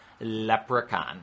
*Leprechaun*